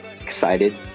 excited